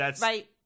Right